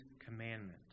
commandment